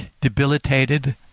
debilitated